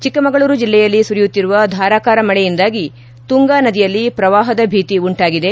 ಚಿಕ್ಕಮಗಳೂರು ಜಿಲ್ಲೆಯಲ್ಲಿ ಸುರಿಯುತ್ತಿರುವ ಧಾರಾಕಾರ ಮಳೆಯಿಂದಾಗಿ ತುಂಗಾ ನದಿಯಲ್ಲಿ ಶ್ರವಾಹದ ಭೀತಿ ಉಂಟಾಗಿದೆ